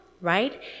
right